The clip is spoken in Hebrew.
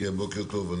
בוקר טוב.